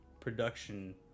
production